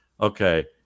okay